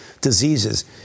diseases